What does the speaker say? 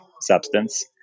substance